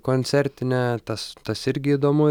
koncertinę tas tas irgi įdomu